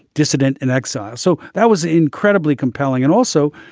dissident in exile. so that was incredibly compelling. and also,